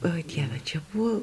o dieve čia buvo